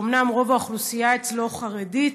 שאומנם רוב האוכלוסייה אצלו חרדית,